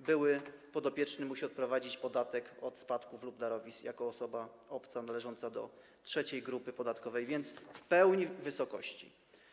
były podopieczny musi odprowadzić podatek od spadków lub darowizn jako osoba obca, należąca do trzeciej grupy podatkowej, a więc w pełnej wysokości.